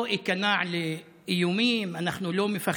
לא איכנע לאיומים, אנחנו לא מפחדים.